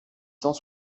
cent